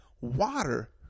water